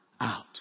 out